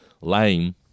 lame